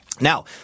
Now